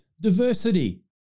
diversity